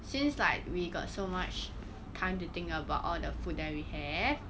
since like we got so much time to think about all the food that we have